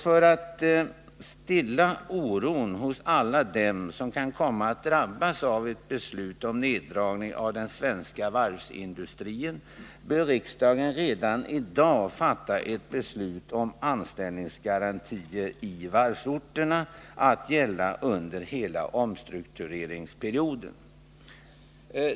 För att stilla oron hos alla dem som kan komma att drabbas av ett beslut om neddragning av den svenska varvsindustrin bör riksdagen redan i dag fatta beslut om anställningsgarantier i varvsorterna att gälla under hela omstruktureringsperioden.